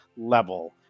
level